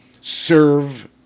serve